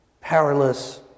powerless